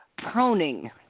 proning